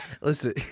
listen